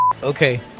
Okay